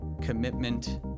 commitment